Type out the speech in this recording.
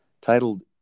titled